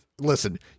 Listen